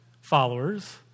followers